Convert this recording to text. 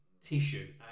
tissue